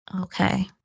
okay